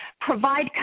provide